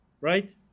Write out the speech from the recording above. right